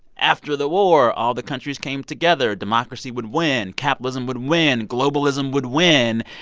after the war, all the countries came together. democracy would win. capitalism would win. globalism would win.